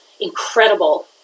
incredible